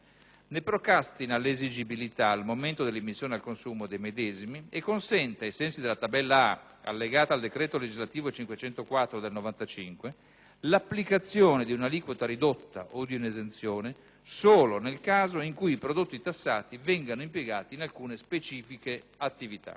ne procrastina l'esigibilità al momento dell'immissione al consumo dei medesimi e consente, ai sensi della tabella A allegata al decreto legislativo n. 504 del 1995, l'applicazione di un'aliquota ridotta o di un'esenzione solo nel caso in cui i prodotti tassati vengano impiegati in alcune specifiche attività.